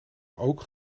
ook